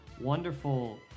wonderful